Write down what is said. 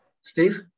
Steve